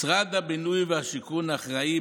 משרד הבינוי והשיכון אחראי,